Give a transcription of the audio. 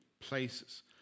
places